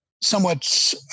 somewhat